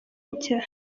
nshya